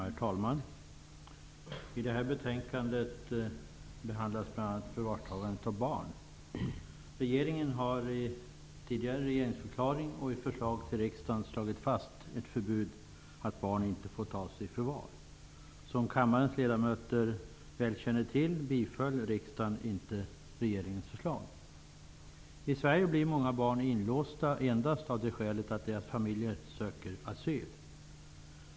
Herr talman! I detta betänkande behandlas bl.a. frågan om förvarstagande av barn. Regeringen har tidigare i regeringsförklaringen och i förslag till riksdagen slagit fast förbudet att barn inte får tas i förvar. Som kammarens ledamöter väl känner till biföll riksdagen inte regeringens förslag. I Sverige blir många barn inlåsta endast av det skälet att deras familjer söker asyl.